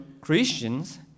Christians